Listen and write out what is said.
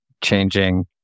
changing